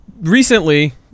Recently